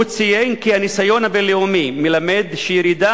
הוא ציין כי הניסיון הבין-לאומי מלמד שירידה